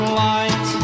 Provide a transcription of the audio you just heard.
light